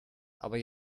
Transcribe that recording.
aber